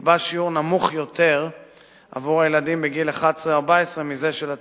נקבע עבור ילדים בגיל 11 עד 14 שיעור נמוך יותר מזה של הצעירים.